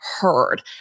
Heard